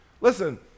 Listen